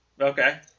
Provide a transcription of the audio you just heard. Okay